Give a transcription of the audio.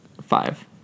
Five